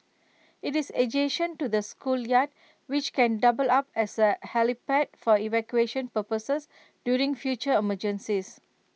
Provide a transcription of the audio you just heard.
IT is adjacent to the schoolyard which can double up as A helipad for evacuation purposes during future emergencies